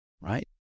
right